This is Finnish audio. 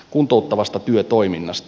kuntouttavasta työtoiminnasta